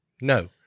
no